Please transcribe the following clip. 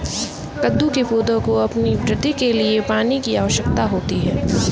कद्दू के पौधों को अपनी वृद्धि के लिए पानी की आवश्यकता होती है